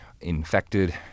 infected